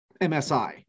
MSI